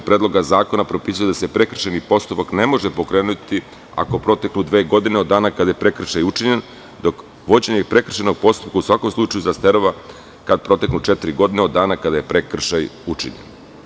Predloga zakona propisuje da se prekršajni postupak ne može pokrenuti ako proteknu dve godine od dana kada je prekršaj učinjen, dok vođenje prekršajnog postupka, u svakom slučaju zastareva kada proteknu četiri godine od dana kada je prekršaj učinjen.